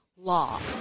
law